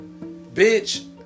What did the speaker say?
Bitch